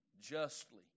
Justly